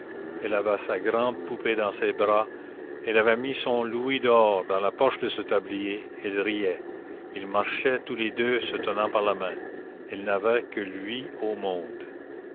elle avait sa grande poupée dans ses bras elle avait mis son louis d'or dans la poche de ce tablier elle riait ils marchaient tous les deux se tenant par la main elle n'avait que lui au monde